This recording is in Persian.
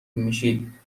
میشید